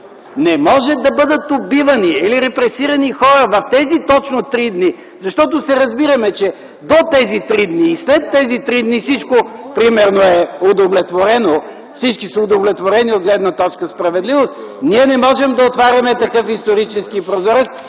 Не може да бъдат убивани или репресирани хора точно в тези три дни. Защото се разбираме, че до тези три дни и след тези три дни всички са удовлетворени от гледна точка на справедливост. Ние не можем да отваряме такъв исторически прозорец.